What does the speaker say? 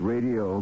Radio